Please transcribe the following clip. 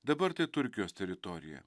dabar tai turkijos teritorija